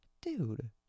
Dude